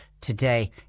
today